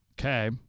Okay